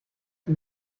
sie